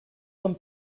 vom